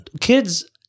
Kids